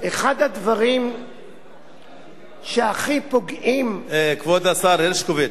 אחד הדברים שהכי פוגעים, כבוד השר הרשקוביץ,